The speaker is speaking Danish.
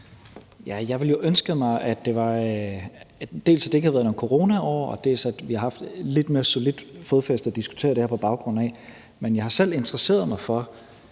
Jeg ville jo ønske mig, at der dels ikke havde været nogen coronaår, og at vi dels havde haft et lidt mere solidt fodfæste at diskutere det her på baggrund af. Men jeg har selv interesseret mig for